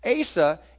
Asa